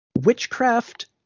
witchcraft